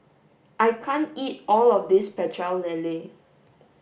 I can't eat all of this Pecel Lele